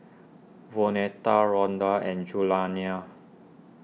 Vonetta Rondal and Julianna